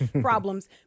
problems